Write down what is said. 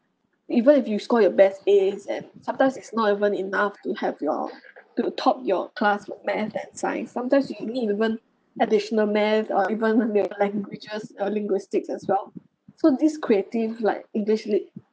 even if you score your best As and sometimes it's not even enough to have your to the top your class for math and science sometimes you will need even additional maths or even you'll need languages uh linguistics as well so this creative like english literature